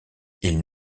ils